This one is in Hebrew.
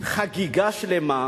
חגיגה שלמה.